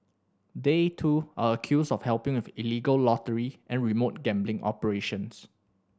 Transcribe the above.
they too are accused of helping with illegal lottery and remote gambling operations